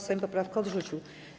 Sejm poprawkę odrzucił.